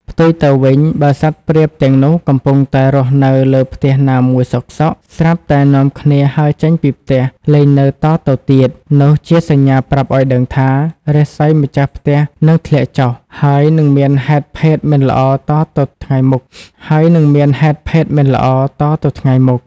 ផ្ទុយទៅវិញ បើសត្វព្រាបទាំងនោះកំពុងតែរស់នៅលើផ្ទះណាមួយសុខៗ ស្រាប់តែនាំគ្នាហើរចេញពីផ្ទះលែងនៅតទៅទៀត នោះជាសញ្ញាប្រាប់ឱ្យដឹងថា រាសីម្ចាស់ផ្ទះនឹងធ្លាក់ចុះ ហើយនិងមានហេតុភេទមិនល្អតទៅថ្ងៃមុខ។